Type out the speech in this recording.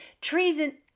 treason